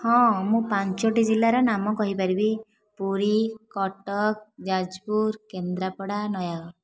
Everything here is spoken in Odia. ହଁ ମୁଁ ପାଞ୍ଚଟି ଜିଲ୍ଲାର ନାମ କହିପାରିବି ପୁରୀ କଟକ ଯାଜପୁର କେନ୍ଦ୍ରାପଡ଼ା ନୟାଗଡ଼